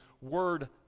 word